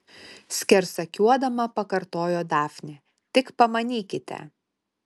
skersakiuodama pakartojo dafnė tik pamanykite